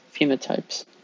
phenotypes